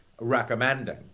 recommending